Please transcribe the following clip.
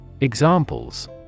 Examples